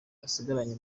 basigaranye